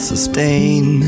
Sustain